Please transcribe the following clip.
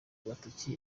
agatoki